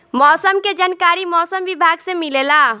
मौसम के जानकारी मौसम विभाग से मिलेला?